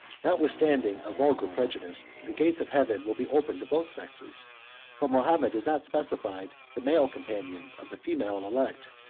notwithstanding a vulgar prejudice, the gates of heaven will be open to both sexes but mahomet has not specified the male companions of the female elect,